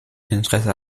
interesse